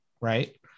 right